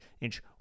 inch